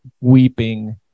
weeping